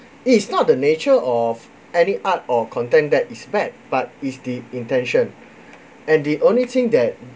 it is not the nature of any art or content that is bad but is the intention and the only thing that